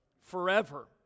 Forever